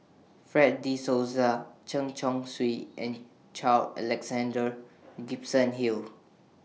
Fred De Souza Chen Chong Swee and Carl Alexander Gibson Hill